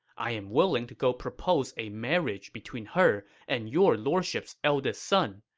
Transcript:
i am willing to go propose a marriage between her and your lordship's eldest son.